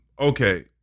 Okay